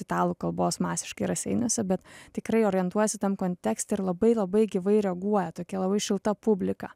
italų kalbos masiškai raseiniuose bet tikrai orientuojasi tam kontekste ir labai labai gyvai reaguoja tokia labai šilta publika